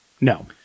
No